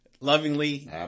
lovingly